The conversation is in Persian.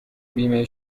بیمه